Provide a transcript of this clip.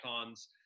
icons